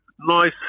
nice